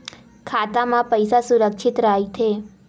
खाता मा पईसा सुरक्षित राइथे?